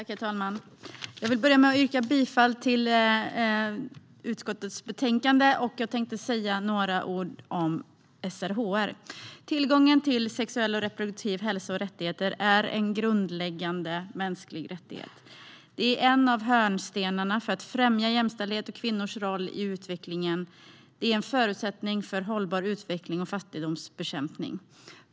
Herr talman! Jag vill börja med att yrka bifall till förslaget i utskottets betänkande. Jag tänkte säga några ord om SRHR. Tillgången till sexuell och reproduktiv hälsa och rättigheter är en grundläggande mänsklig rättighet. Det är en av hörnstenarna för att främja jämställdhet och kvinnors roll i utvecklingen. Det är en förutsättning för hållbar utveckling och fattigdomsbekämpning.